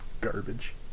garbage